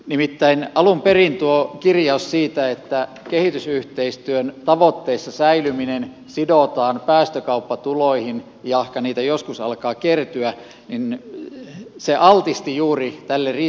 nimittäin alun perin tuo kirjaus siitä että kehitysyhteistyön tavoitteissa säilyminen sidotaan päästökauppatuloihin jahka niitä joskus alkaa kertyä altisti juuri tälle riskille